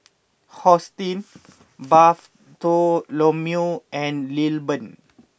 Hosteen Bartholomew and Lilburn